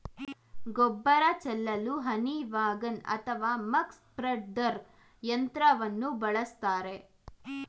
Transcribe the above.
ಗೊಬ್ಬರ ಚೆಲ್ಲಲು honey wagon ಅಥವಾ ಮಕ್ ಸ್ಪ್ರೆಡ್ದರ್ ಯಂತ್ರವನ್ನು ಬಳಸ್ತರೆ